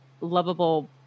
lovable